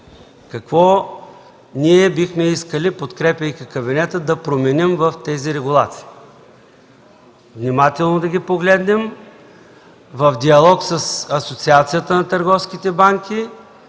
какво ние бихме искали, подкрепяйки кабинета, той да промени в тези регулации. Внимателно да ги погледнем, в диалог с Асоциацията на търговските банки,